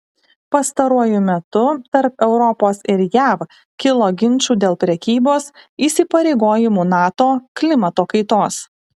pastaruoju metu tarp europos ir jav kilo ginčų dėl prekybos įsipareigojimų nato klimato kaitos